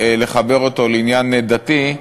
לחבר אותו לעניין דתי,